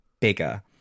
bigger